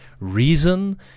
reason